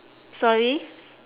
sorry